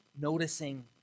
noticing